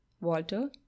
Walter